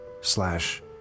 slash